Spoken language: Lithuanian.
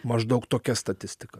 maždaug tokia statistika